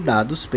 Dados